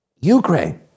Ukraine